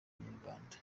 inyarwanda